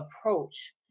approach